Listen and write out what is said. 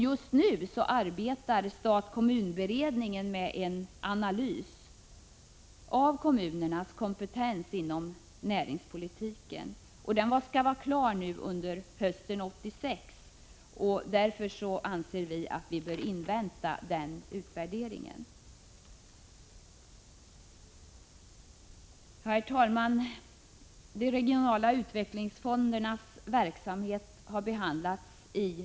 Just nu arbetar dessutom stat-kommun-beredningen med en analys av kommunernas kompetens inom näringspolitiken. Den skall vara klar under hösten 1986. Vi anser att denna utvärdering bör inväntas. Herr talman! De regionala utvecklingsfondernas verksamhet behandlades = Prot.